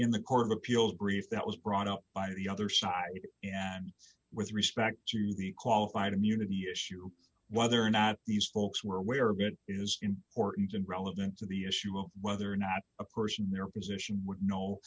in the court of appeals brief that was brought up by the other side with respect to the qualified immunity issue whether or not these folks were aware of it is important and relevant to the issue of whether or not a person in their position would know